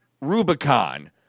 Rubicon